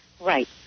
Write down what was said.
Right